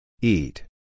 Eat